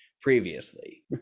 previously